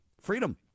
freedom